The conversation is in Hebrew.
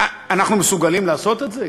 אנחנו מסוגלים לעשות את זה?